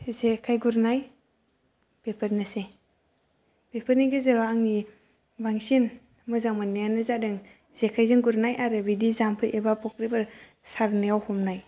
जेखाय गुरनाय बेफोरनोसै बेफोरनि गेजेराव आंनि बांसिन मोजां मोन्नायानो जादों जेखायजों गुरनाय आरो बिदि जाम्फै एबा फख्रिफोर सारनायाव हमनाय